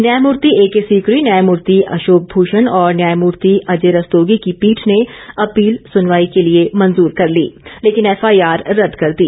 न्यायमूर्ति A K Sikri न्यायमूर्ति अशोक भूषण और न्यायमूर्ति अजय रस्तोगी की पीठ ने अपील सुनवाई के लिए मंजूर कर ली लेकिन एफआईआर रद्द कर दी